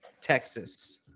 Texas